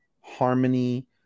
harmony